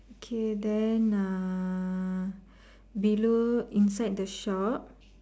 okay then ah below inside the shop